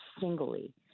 singly